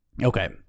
Okay